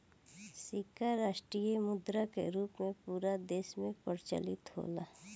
सिक्का राष्ट्रीय मुद्रा के रूप में पूरा देश में प्रचलित होला